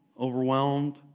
Overwhelmed